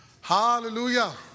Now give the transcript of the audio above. Hallelujah